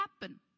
happen